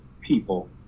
people